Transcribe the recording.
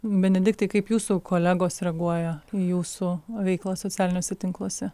benediktai kaip jūsų kolegos reaguoja į jūsų veiklą socialiniuose tinkluose